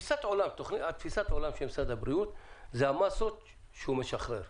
תפיסת העולם של משרד הבריאות היא לגבי המאסות שהוא משחרר.